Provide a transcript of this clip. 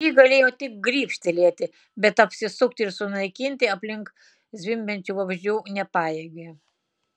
ši galėjo tik grybštelėti bet apsisukti ir sunaikinti aplink zvimbiančių vabzdžių nepajėgė